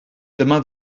dyma